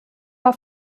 war